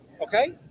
okay